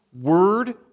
word